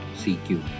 CQ